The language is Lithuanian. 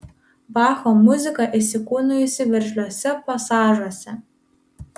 bacho muzika įsikūnijusi veržliuose pasažuose